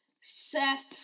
Seth